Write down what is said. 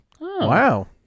Wow